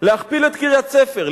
להכפיל את קריית-ספר,